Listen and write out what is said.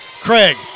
Craig